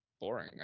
boring